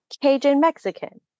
Cajun-Mexican